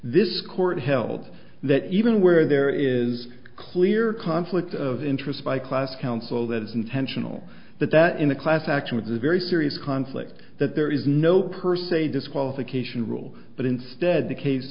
this court held that even where there is a clear conflict of interest by class counsel that is intentional that that in a class action is a very serious conflict that there is no per se disqualification rule but instead the case